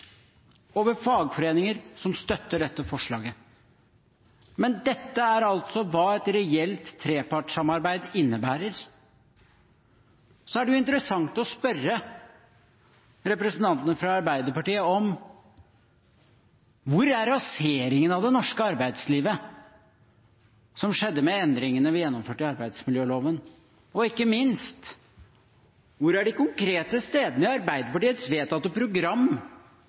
over fagforeninger som støtter dette forslaget. Men dette er hva et reelt trepartssamarbeid innebærer. Så ville det være interessant å spørre representantene fra Arbeiderpartiet om følgende: Hvor er raseringen av det norske arbeidslivet som skjedde med endringene i arbeidsmiljøloven vi gjennomførte? Og ikke minst: Hvor er de konkrete stedene i Arbeiderpartiets vedtatte program